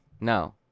no